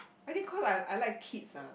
I think cos I I like kids ah